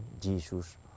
Jesus